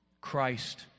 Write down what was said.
Christ